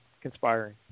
conspiring